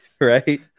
Right